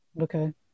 Okay